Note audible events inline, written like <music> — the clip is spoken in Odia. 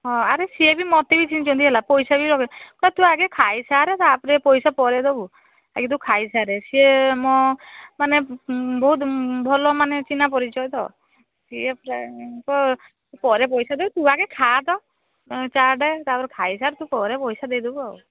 ହଁ ଆରେ ସିଏ ବି ମୋତେ ବି ଚିହ୍ନିଛନ୍ତି ହେଲା ପଇସା ବି <unintelligible> ହ ତୁ ଆଗେ ଖାଇସାରେ ତାପରେ ପଇସା ପରେ ଦେବୁ ଆଗେ ତୁ ଖାଇସାରେ ସିଏ ମୋ ମାନେ ବହୁତ ଭଲ ମାନେ ଚିହ୍ନା ପରିଚୟ ତ ସିଏ ପ୍ରାୟେ ତ ପରେ ପଇସା ଦେବୁ ତୁ ଆଗେ ଖା ତ ଅଁ ଚାଟେ ତାପରେ ଖାଇସାର ତୁ ପରେ ପଇସା ଦେଇଦବୁ ଆଉ